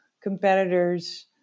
competitors